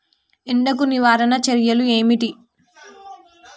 ఎండకు నివారణ చర్యలు ఏమిటి?